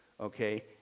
okay